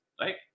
right